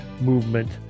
movement